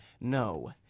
no